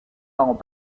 parents